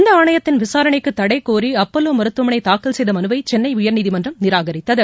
இந்த ஆணையத்தின் விசாரணைக்கு தடை கோரி அப்பலோ மருத்துவமனை தாக்கல் செய்த மனுவை சென்னை உயர்நீதிமன்றம் நிராகரித்தது